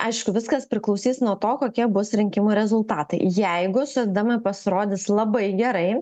aišku viskas priklausys nuo to kokie bus rinkimų rezultatai jeigu socdemai pasirodys labai gerai